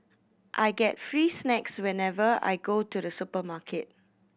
I get free snacks whenever I go to the supermarket